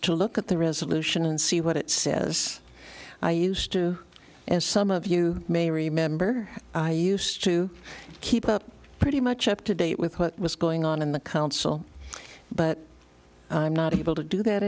to look at the resolution and see what it says i used to and some of you may remember i used to keep up pretty much up to date with what was going on in the council but i'm not able to do that